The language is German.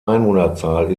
einwohnerzahl